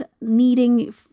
needing